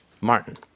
Martin